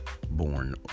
born